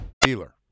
Dealer